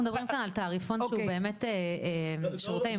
אנחנו מדברים כאן על תעריפון שהוא באמת שירותי ---,